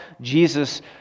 Jesus